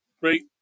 great